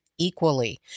Equally